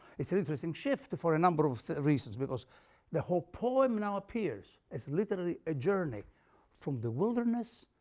it's an interesting shift for a number of reasons because the whole poem now appears as literally a journey from the wilderness,